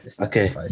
Okay